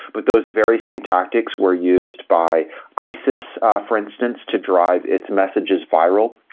but those very same tactics were used by isis ah for instance, to drive its messages viral.